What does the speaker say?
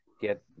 get